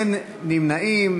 אין נמנעים.